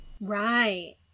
Right